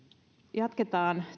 jatketaan